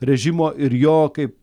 režimo ir jo kaip